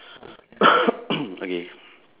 okay